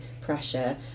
pressure